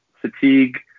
fatigue